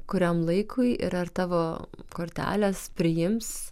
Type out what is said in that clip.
kuriam laikui ir ar tavo korteles priims